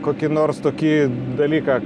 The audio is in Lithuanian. kokį nors tokį dalyką